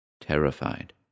terrified